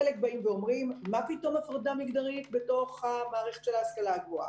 חלק באים ואומרים: מה פתאום הפרדה מגדרית בתוך מערכת ההשכלה הגבוהה?